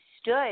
stood